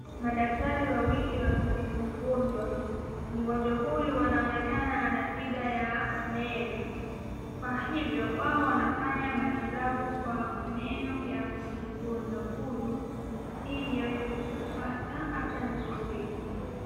Madaktari wawili wa kutibu mgonjwa mgonjwa Huyu anaonekana ana shida ya meno, kwa hivyo wao wanafanya matibabu kwa meno ya mgonjwa huyu ili aweze kupatana afya mzuri.